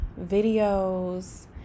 videos